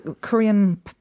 Korean